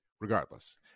regardless